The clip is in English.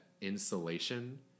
insulation